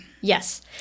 Yes